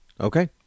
Okay